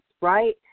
right